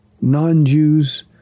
non-Jews